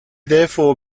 therefore